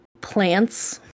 plants